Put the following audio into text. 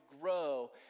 grow